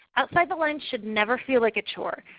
outside the lines should never feel like a chore.